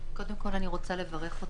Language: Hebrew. קודם כול, אני רוצה לברך אותך.